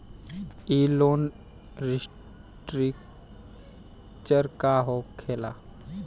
ई loan restructure का होखे ला?